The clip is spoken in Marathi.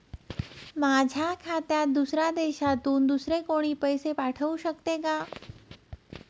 माझ्या खात्यात दुसऱ्या देशातून दुसरे कोणी पैसे पाठवू शकतो का?